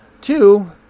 Two